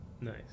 Nice